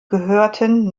gehörten